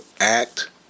act